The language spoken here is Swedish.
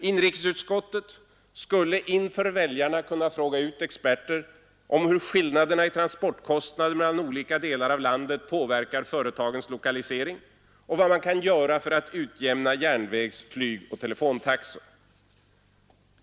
Inrikesutskottet skulle inför väljarna kunnat fråga ut experter om hur skillnader i transportkostnader mellan olika delar av landet påverkar företagens lokalisering och vad man kan göra för att utjämna järnvägs-, flygoch telefontaxor.